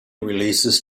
releases